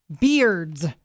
beards